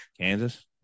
Kansas